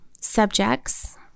subjects